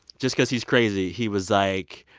just because he's crazy, he was like,